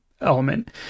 element